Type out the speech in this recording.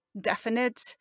definite